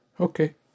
Okay